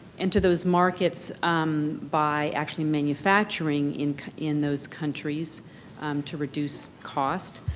into those markets by actually manufacturing in in those countries to reduce cost,